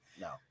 No